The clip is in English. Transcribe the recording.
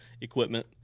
equipment